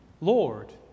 Lord